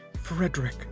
Frederick